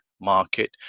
market